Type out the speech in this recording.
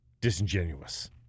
disingenuous